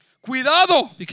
Cuidado